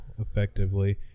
effectively